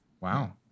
Wow